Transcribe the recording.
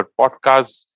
podcasts